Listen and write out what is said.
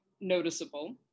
noticeable